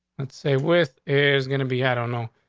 let's say with is gonna be i don't know,